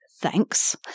Thanks